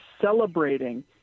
celebrating